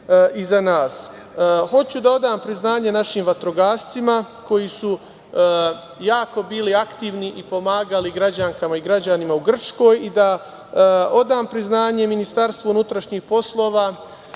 iza nas. Hoću da odam priznanje našim vatrogascima koji su jako bili aktivni i pomagali građankama i građanima u Grčkoj i da odam priznanje Ministarstvu unutrašnjih poslova.